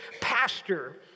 pastor